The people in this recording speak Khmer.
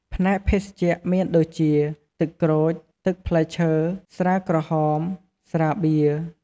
ផ្នែកភេសជ្ជៈ មានដូចជា ទឹកក្រូច ទឹកផ្លែឈើ ស្រាក្រហម ស្រាបៀរ...។